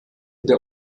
der